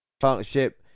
partnership